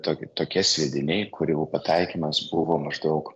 tok tokie sviediniai kurių pataikymas buvo maždaug